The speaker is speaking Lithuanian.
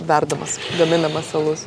verdamas gaminamas galus